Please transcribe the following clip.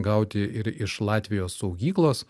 gauti ir iš latvijos saugyklos